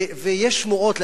ויש שמועות,